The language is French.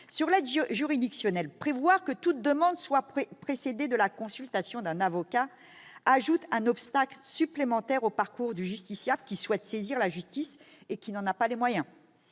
l'aide juridictionnelle, le fait de prévoir que toute demande doit être précédée de la consultation d'un avocat ajoute un obstacle supplémentaire au parcours du justiciable qui souhaite saisir la justice et qui n'en a pas les moyens.